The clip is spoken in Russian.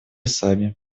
сами